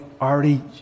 already